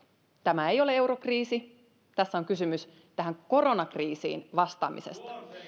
tämä ei ole eurokriisi tässä on kysymys tähän koronakriisiin vastaamisesta